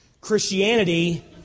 Christianity